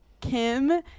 Kim